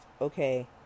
okay